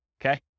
Okay